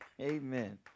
Amen